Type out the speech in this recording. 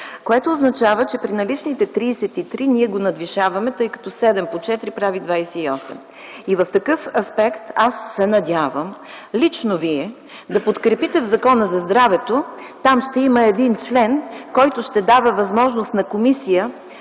което означава, че при наличните 33, ние го надвишаваме, тъй като 7 х 4 прави 28. В такъв аспект аз се надявам лично Вие да подкрепите Закона за здравето. Там ще има член, който ще дава възможност на комисия